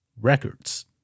records